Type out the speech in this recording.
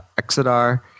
Exodar